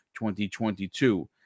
2022